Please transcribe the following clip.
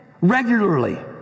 regularly